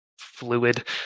fluid